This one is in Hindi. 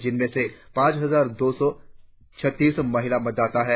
जिनमें से पांच हजार दौ सौ छत्तीस महिला मतदाता है